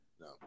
No